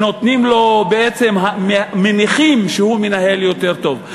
בעצם מניחים שהוא מנהל יותר טוב.